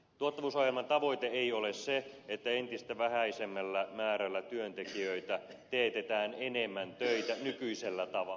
tuottavuusohjelman tavoite ei ole se että entistä vähäisemmällä määrällä työntekijöitä teetetään enemmän töitä nykyisellä tavalla